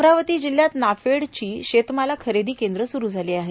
अमरावती जिल्हयात नाफेडची शेतमाल खरेदी केंद्र सुरू झाली आहेत